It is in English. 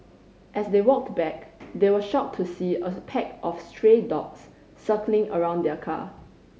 as they walked back they were shocked to see a pack of stray dogs circling around their car